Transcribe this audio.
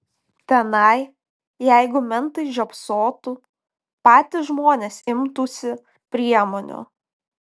tenai jeigu mentai žiopsotų patys žmonės imtųsi priemonių